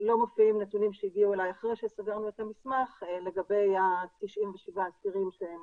אחרי שסגרנו את המסמך לגבי ה-97 אסירים שהם